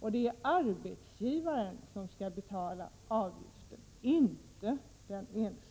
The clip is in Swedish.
och att det är arbetsgivaren som skall betala avgiften, inte den enskilde.